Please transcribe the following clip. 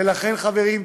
ולכן, חברים,